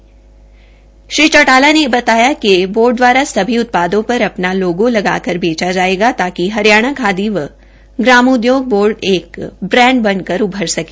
श्री दृष्यंत चौटाला ने बताया कि बोर्ड द्वारा सभी उत्पादों पर अपना लोगो लगाकर बेचा जाएगा ताकि हरियाणा खादी व ग्रामोद्योग बोर्ड एक ब्रांड बनकर उभर सके